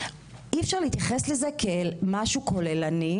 אי אפשר להתייחס לזה כאל משהו כוללני.